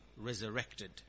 resurrected